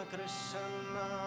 Krishna